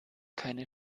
keine